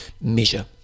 measure